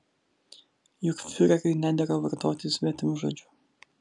juk fiureriui nedera vartoti svetimžodžių